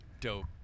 Dope